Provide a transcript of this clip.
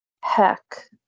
heck